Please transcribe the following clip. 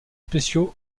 spéciaux